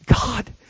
God